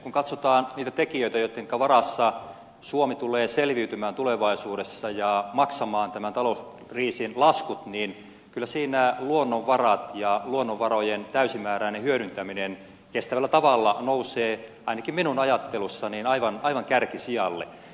kun katsotaan niitä tekijöitä joitten varassa suomi tulee selviytymään tulevaisuudessa ja maksamaan tämän talouskriisin laskut niin kyllä siinä luonnonvarat ja luonnonvarojen täysimääräinen hyödyntäminen kestävällä tavalla nousevat ainakin minun ajattelussani aivan kärkisijalle